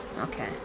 Okay